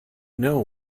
know